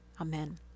Amen